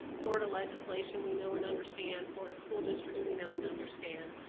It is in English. florida legislation we know and understand, florida school districts we know and understand